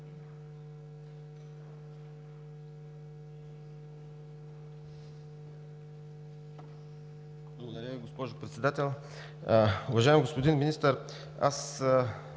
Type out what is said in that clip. Благодаря Ви, госпожо Председател. Уважаеми господин Министър,